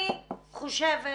אני חושבת